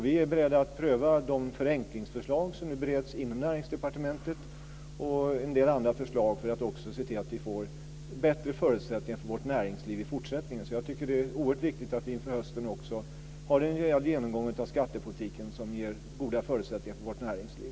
Vi är beredda att pröva de förenklingsförslag som nu bereds inom Näringsdepartementet och en del andra förslag för att också se till att vi får bättre förutsättningar för vårt näringsliv i fortsättningen. Jag tycker att det är oerhört viktigt att vi inför hösten också har en rejäl genomgång av skattepolitiken som ger goda förutsättningar för vårt näringsliv.